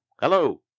Hello